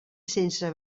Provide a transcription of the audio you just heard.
sense